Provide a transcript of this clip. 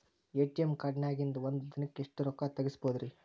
ATM ಕಾರ್ಡ್ನ್ಯಾಗಿನ್ದ್ ಒಂದ್ ದಿನಕ್ಕ್ ಎಷ್ಟ ರೊಕ್ಕಾ ತೆಗಸ್ಬೋದ್ರಿ?